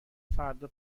فردا